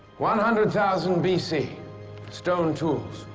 one hundred thousand bc stone tools!